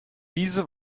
diese